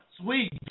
Sweet